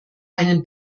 einen